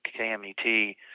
KMET